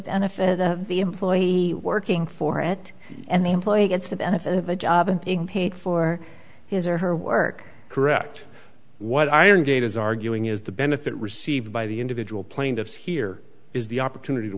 benefit of the employee working for it and the employee gets the benefit of the job being paid for his or her work correct what iron gate is arguing is the benefit received by the individual plaintiffs here is the opportunity to